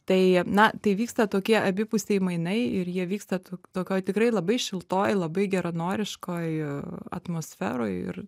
tai na tai vyksta tokie abipusiai mainai ir jie vyksta tokioj tikrai labai šiltoj labai geranoriškoj atmosferoj ir